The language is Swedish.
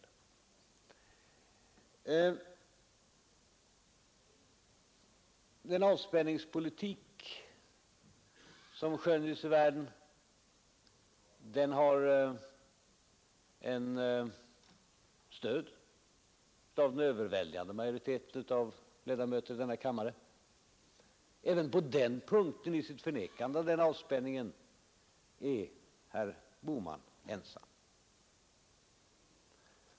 Vår uppfattning att en avspänningspolitik nu skönjs i världen har stöd av den överväldigande majoriteten av ledamöter i denna kammare. Även i sitt förnekande av den avspänningen är Bohman ensam.